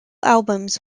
albums